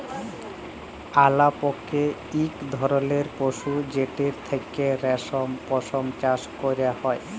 আলাপকে ইক ধরলের পশু যেটর থ্যাকে রেশম, পশম চাষ ক্যরা হ্যয়